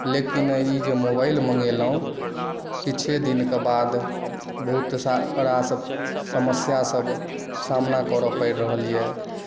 लेकिन ई जे मोबाइल मंगेलहुँ किछे दिनका बाद बहुत सारा समस्या सभके सामना करऽ पड़ि रहल यऽ